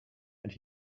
and